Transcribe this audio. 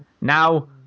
Now